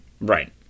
right